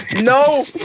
No